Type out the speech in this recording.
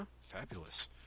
Fabulous